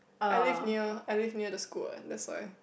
I live near I live near the school that's why